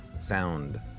sound